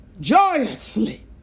joyously